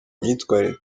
myitwarire